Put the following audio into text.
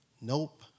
Nope